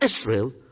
Israel